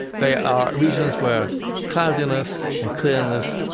they are regions where cloudiness and clearness,